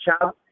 Child